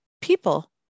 People